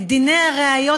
את דיני הראיות,